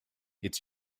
its